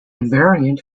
variant